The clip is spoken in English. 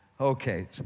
Okay